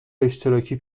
اشتراکی